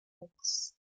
lifts